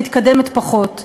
מתקדמת פחות,